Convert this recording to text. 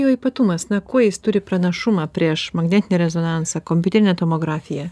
jo ypatumas na kuo jis turi pranašumą prieš magnetinį rezonansą kompiuterinę tomografiją